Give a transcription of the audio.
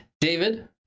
David